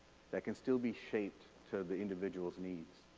that can still be shaped to the individual's needs.